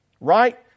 Right